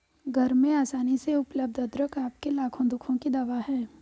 घर में आसानी से उपलब्ध अदरक आपके लाखों दुखों की दवा है